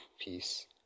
peace